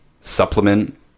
supplement